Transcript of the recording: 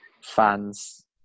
fans